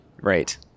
Right